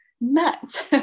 nuts